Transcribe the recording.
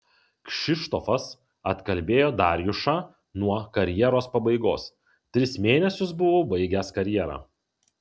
kšištofas atkalbėjo darjušą nuo karjeros pabaigos tris mėnesius buvau baigęs karjerą